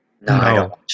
no